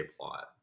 plot